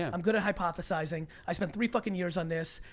i'm good at hypothesizing, i spent three fuckin' years on this,